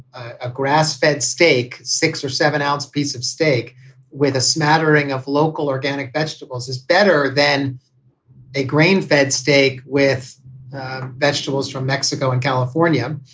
a grass-fed steak, six or seven ounce piece of steak with a smattering of local organic vegetables is better than a grain fed steak with vegetables from mexico and california.